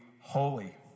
holy